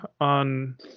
on